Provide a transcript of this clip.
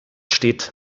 steht